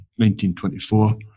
1924